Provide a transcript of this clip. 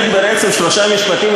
אני מנסה להגיד ברצף שלושה משפטים,